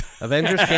Avengers